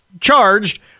charged